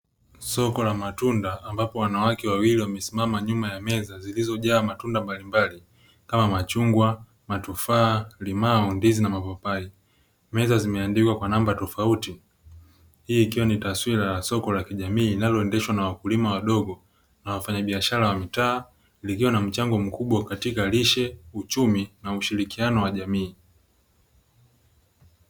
Soko la matunda ambapo wanawake wawili wamesimama nyuma ya meza zilizojaa matunda mbalimbali kama machungwa, matufaa, limao, ndizi, na mapapai. Meza zimeandikwa kwa namba tofauti. Hii ikiwa ni taswira la soko la kijamii linaloendeshwa na wakulima wadogo na wafanyabiashara wa mitaa likiwa na mchango mkubwa katika lishe, uchumi, na ushirikiano wa jamii.